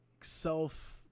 self